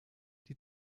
die